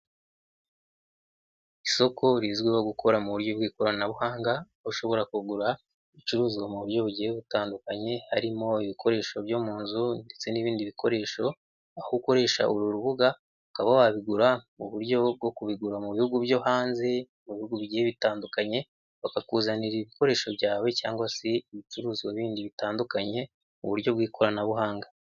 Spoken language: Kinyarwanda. Isoko rizwiho gukora mu buryo bw'ikoranabuhanga bashobora kugura ibicuruzwa mu buryo bugiye butandukanye harimo ibikoresho byo mu nzu ndetse n'ibindi bikoresho, aho ukoresha uru rubuga ukaba wabigura mu buryo bwo kubigura mu bihugu byo hanze mu bihugu bigiye bitandukanye bakakuzanira ibikoresho byawe cyangwa se ibicuruzwa bindi bitandukanye mu buryo bw'ikoranabuhanga.